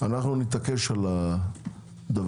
נתעקש על זה.